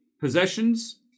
Possessions